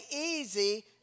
easy